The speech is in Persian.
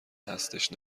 هستش